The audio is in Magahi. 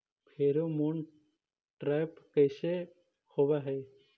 फेरोमोन ट्रैप कैसे होब हई?